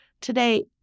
Today